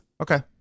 okay